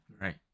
right